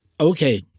Okay